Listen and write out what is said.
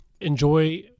enjoy